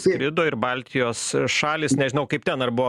skrido ir baltijos šalys nežinau kaip ten ar buvo